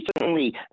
recently